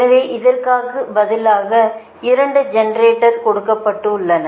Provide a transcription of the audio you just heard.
எனவே இதற்கு பதிலாக 2 ஜெனரேட்டர்கள் கொடுக்கப்பட்டுள்ளன